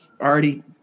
already